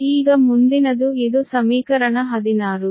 ಈಗ ಮುಂದಿನದು ಇದು ಸಮೀಕರಣ 16